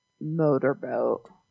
motorboat